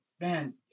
man